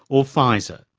or fisa.